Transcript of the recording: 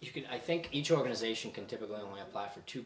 you could i think each organization can typically only apply for two